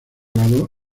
lado